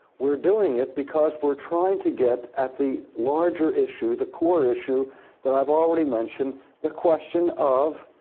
we're doing it because we're trying to get at the larger issue, the core issue that i've already mentioned the question of,